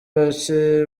bacye